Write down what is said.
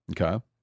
Okay